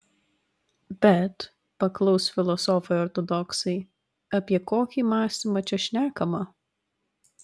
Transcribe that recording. bet paklaus filosofai ortodoksai apie kokį mąstymą čia šnekama